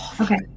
Okay